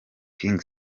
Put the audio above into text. king